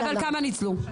כמה ניצלו בזכות צווי ההגנה?